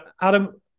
Adam